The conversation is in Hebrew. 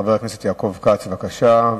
חבר הכנסת יעקב כץ, בבקשה.